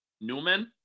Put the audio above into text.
Newman